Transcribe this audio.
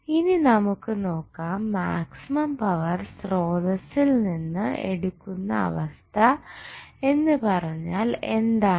ഇനി നമുക്ക് നോക്കാം മാക്സിമം പവർ സ്രോതസ്സിൽ നിന്ന് എടുക്കുന്ന അവസ്ഥ എന്ന് പറഞ്ഞാൽ എന്താണ്